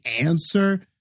answer